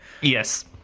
Yes